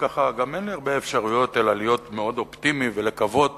אין לי הרבה אפשרויות אלא להיות מאוד אופטימי ולקוות